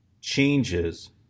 changes